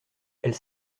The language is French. elle